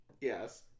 Yes